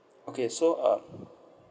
okay so um